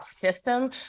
system